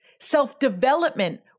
Self-development